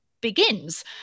begins